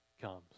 comes